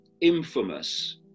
infamous